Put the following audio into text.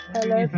Hello